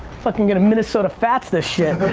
fucking gonna minnesota fats this shit.